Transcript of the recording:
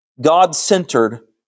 God-centered